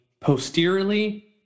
posteriorly